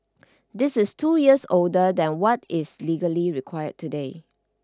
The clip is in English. this is two years older than what is legally required today